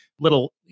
little